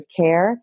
care